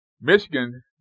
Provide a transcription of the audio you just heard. Michigan